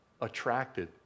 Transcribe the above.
attracted